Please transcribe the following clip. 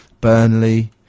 Burnley